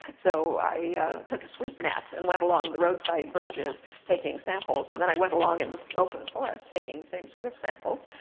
so i took a sweep net, and i went along the roadside verges taking samples. and then i went along in the open forest taking the same sort of samples.